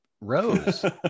rose